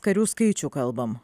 karių skaičių kalbam